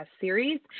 Series